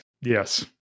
Yes